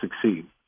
succeed